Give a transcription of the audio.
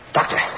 Doctor